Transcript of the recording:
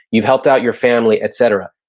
you've helped out your family, etcetera.